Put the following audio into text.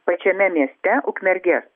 pačiame mieste ukmergės